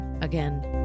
again